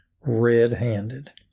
red-handed